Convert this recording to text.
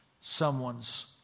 someone's